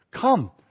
Come